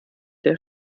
der